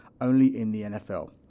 OnlyInTheNFL